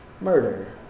murder